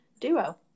duo